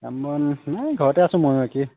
কাম বন নাই এই ঘৰতে আছো ময়ো একেই